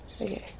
Okay